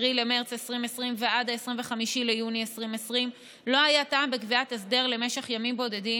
במרץ 2020 ועד 25 ביוני 2020 לא היה טעם בקביעת הסדר למשך ימים בודדים,